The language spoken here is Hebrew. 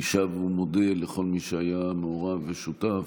אני שב ומודה לכל מי שהיה מעורב ושותף,